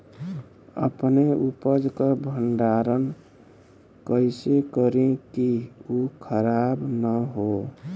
अपने उपज क भंडारन कइसे करीं कि उ खराब न हो?